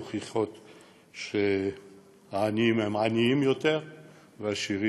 מוכיחים שהעניים הם עניים יותר והעשירים,